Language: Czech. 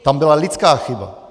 Tam byla lidská chyba.